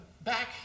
back